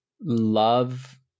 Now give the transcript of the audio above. love